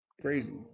crazy